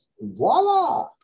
voila